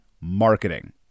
Marketing